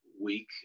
week